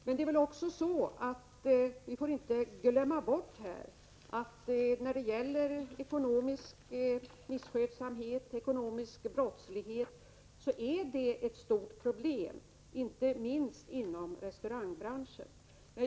Men vi får inte heller glömma bort att ekonomisk misskötsamhet och ekonomisk brottslighet är ett stort problem, inte minst inom restaurangbranschen.